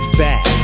back